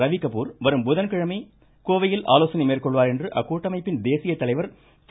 ரவிகபூர் வரும் புதன்கிழமை கோவையில் ஆலோசனை மேற்கொள்வார் என்று அக்கூட்டமைப்பின் தேசிய தலைவர் திரு